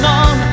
on